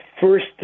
First